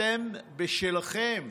אתם בשלכם.